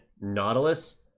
Nautilus